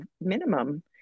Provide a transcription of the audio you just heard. minimum